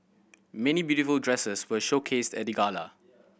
many beautiful dresses were showcased at the gala